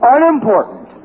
Unimportant